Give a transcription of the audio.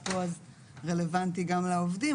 אז רלוונטי גם לעובדים,